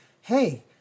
Hey